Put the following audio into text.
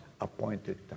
appointed